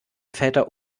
väter